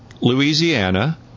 Louisiana